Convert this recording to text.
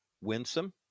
winsome